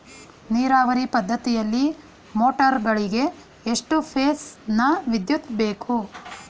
ನೀರಾವರಿ ಪದ್ಧತಿಯಲ್ಲಿ ಮೋಟಾರ್ ಗಳಿಗೆ ಎಷ್ಟು ಫೇಸ್ ನ ವಿದ್ಯುತ್ ಬೇಕು?